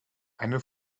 eine